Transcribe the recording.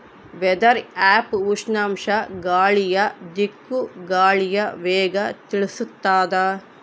weather app ಉಷ್ಣಾಂಶ ಗಾಳಿಯ ದಿಕ್ಕು ಗಾಳಿಯ ವೇಗ ತಿಳಿಸುತಾದ